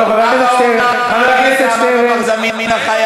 חבר הכנסת גפני, הוא סיים.